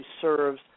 serves